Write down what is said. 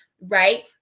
right